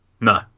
No